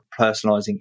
personalizing